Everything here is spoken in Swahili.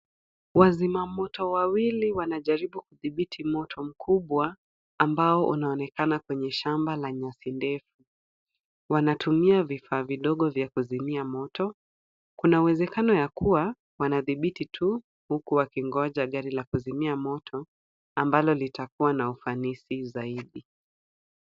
Wazima moto wawili wanajaribu kudhibiti moto mkubwa ambao unaonekana kwenye shamba la nyasi ndefu. Wanatumia vifaa vidogo vya kuzimia moto. Kuna uwezekano ya kuwa wanadhibiti tu huku wakingoja gari la kuzimia moto ambalo litakuwa na ufanisi zaidi.